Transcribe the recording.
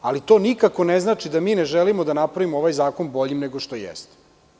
Ali, to nikako ne znači da mi ne želimo da napravimo ovaj zakon boljim nego što jeste.